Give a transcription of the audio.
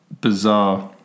bizarre